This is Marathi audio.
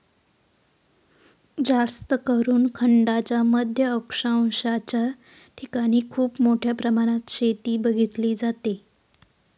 जास्तकरून खंडांच्या मध्य अक्षांशाच्या ठिकाणी खूप मोठ्या प्रमाणात शेती बघितली जाते